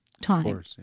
time